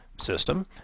system